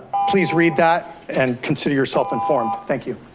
please read that and consider yourself informed, thank you.